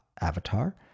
avatar